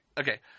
Okay